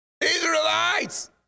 Israelites